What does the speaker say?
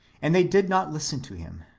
and they did not listen to him.